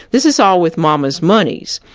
this is all with momma's monies.